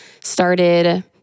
started